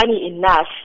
enough